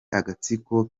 agatsiko